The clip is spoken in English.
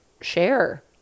share